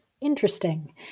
Interesting